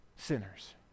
Sinners